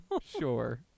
Sure